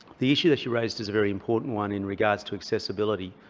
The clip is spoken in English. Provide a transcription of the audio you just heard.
the issue that you raised is a very important one in regards to accessibility.